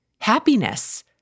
happiness